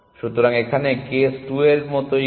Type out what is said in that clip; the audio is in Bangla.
সুতরাং এখানে কেস 2 এর মতো করো